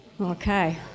Okay